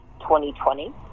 2020